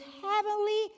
heavenly